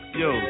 yo